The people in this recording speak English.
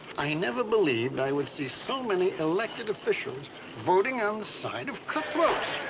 i never believed i would see so many elected officials voting on the side of cut-throats.